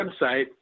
website